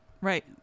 Right